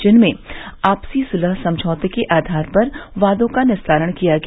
जिसमें आपसी सुलह समझौतों के आधार पर वादों का निस्तारण किया गया